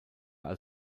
als